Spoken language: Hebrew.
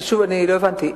שוב, אני לא הבנתי.